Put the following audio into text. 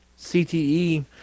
CTE